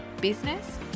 business